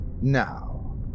Now